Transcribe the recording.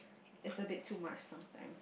it's a bit too much sometime